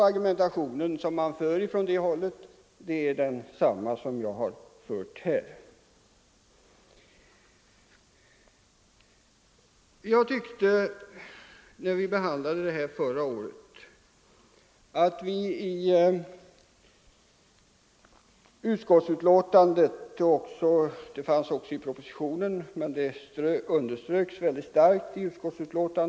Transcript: Argumentationen från det hållet är densamma som den jag fört här. När utskottet behandlade detta ärende förra året fick vi, tycker jag, i betänkandet med några väsentliga synpunkter när det gäller livsåskåd ningsfrågorna.